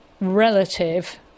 relative